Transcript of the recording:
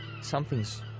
Something's